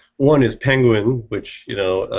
one is penguin which you know?